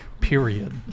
period